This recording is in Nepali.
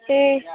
ए